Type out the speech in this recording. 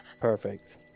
Perfect